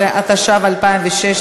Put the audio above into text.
15), התשע"ו 2016,